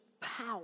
power